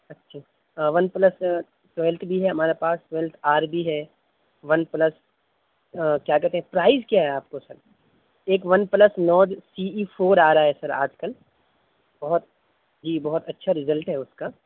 اچھا one plus twelfth بھی ہے ہمارے پاس ٹویلتھ آر بھی ہے ون پلس کیا کہتے ہیں پرائز کیا ہے آپ کا سر ایک ون پلس نوڈ سی ای فور آ رہا ہے سر آج کل بہت جی بہت اچھا رزلٹ ہے اس کا